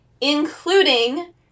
including